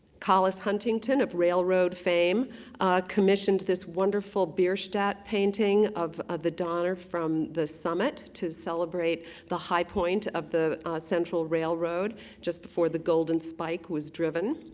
collis huntington of railroad fame commissioned this wonderful bierstadt painting of of the donner from the summit to celebrate the high point of the central railroad just before the golden spike was driven.